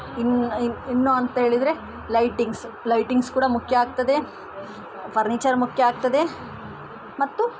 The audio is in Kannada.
ಇನ್ನ ಇನ್ನ ಇನ್ನು ಅಂತ ಹೇಳಿದರೆ ಲೈಟಿಂಗ್ಸ್ ಲೈಟಿಂಗ್ಸ್ ಕೂಡ ಮುಖ್ಯ ಆಗ್ತದೆ ಫರ್ನಿಚರ್ ಮುಖ್ಯ ಆಗ್ತದೆ ಮತ್ತು